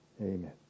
Amen